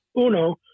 uno